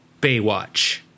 Baywatch